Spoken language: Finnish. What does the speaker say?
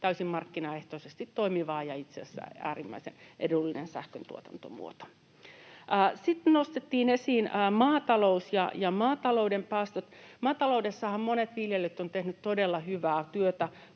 täysin markkinaehtoisesti toimivaa ja itse asiassa äärimmäisen edullinen sähköntuotantomuoto. Sitten nostettiin esiin maatalous ja maatalouden päästöt: Maataloudessahan monet viljelijät ovat tehneet todella hyvää työtä.